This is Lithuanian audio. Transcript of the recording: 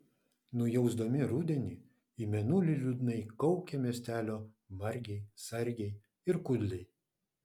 nujausdami rudenį į mėnulį liūdnai kaukė miestelio margiai sargiai ir kudliai